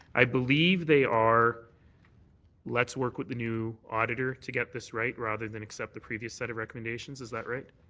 i believe they are let's work with the new auditor to get this right rather than accept the previous set of recommendations, is that right?